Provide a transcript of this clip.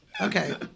Okay